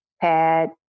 pad